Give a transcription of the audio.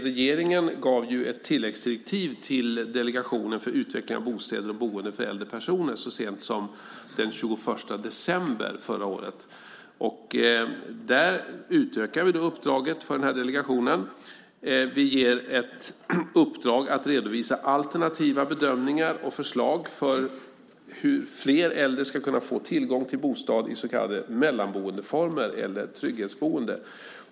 Regeringen gav ju ett tilläggsdirektiv till Delegationen för utveckling av bostäder och boende för äldre personer så sent som den 21 december förra året. Där utökar vi uppdraget för delegationen. Vi ger ett uppdrag att redovisa alternativa bedömningar och förslag på hur flera äldre ska få tillgång till bostad i så kallade mellanboendeformer eller trygghetsboende.